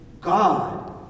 God